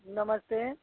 नमस्ते